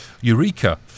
Eureka